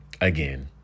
again